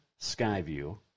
Skyview